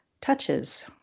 touches